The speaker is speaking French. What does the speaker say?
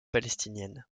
palestinienne